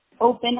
open